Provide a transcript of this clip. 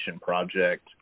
project